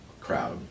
crowd